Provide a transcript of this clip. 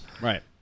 Right